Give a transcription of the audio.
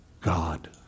God